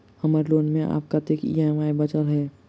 हम्मर लोन मे आब कैत ई.एम.आई बचल ह?